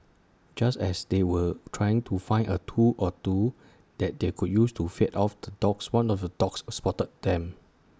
just as they were trying to find A tool or two that they could use to fend off the dogs one of the dogs spotted them